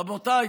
רבותיי,